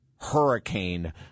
hurricane